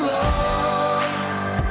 lost